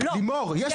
לא מקובל עליי.